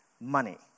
money